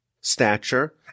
stature